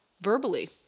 verbally